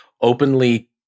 openly